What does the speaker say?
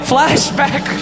Flashback